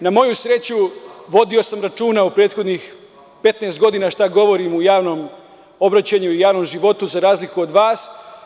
Na moju sreću vodio sam računa u prethodnih 15 godina šta govorim u javnom obraćanju i u javnom životu, za razliku od vas.